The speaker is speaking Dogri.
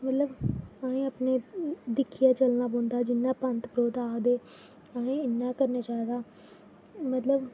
मतलब अहें अपने दिक्खियै चलना पौंदा ऐ जि'यां पंत परोह्त आखदे अहे्ं ई इ'यां गै करना चाहि्दा मतलब